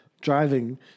Driving